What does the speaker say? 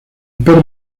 perro